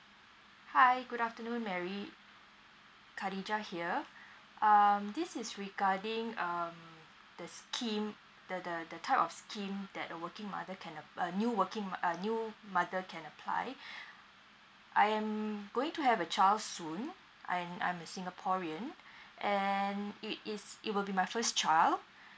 hi good afternoon mary khadijah here um this is regarding um the scheme the the the type of scheme that a working mother can a~ uh new working uh new mother can apply I am going to have a child soon and I'm a singaporean and it is it will be my first child